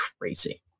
crazy